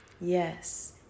yes